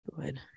Good